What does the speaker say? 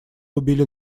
убили